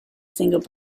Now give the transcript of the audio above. single